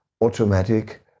automatic